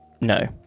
No